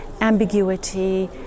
ambiguity